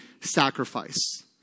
sacrifice